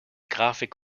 grafik